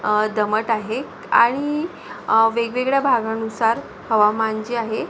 दमट आहे आणि वेगवेगळ्या भागानुसार हवामान जे आहे